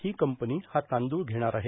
ही company हा तांदूळ घेणार आहे